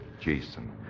Jason